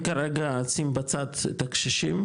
אני כרגע אשים בצד את הקשישים,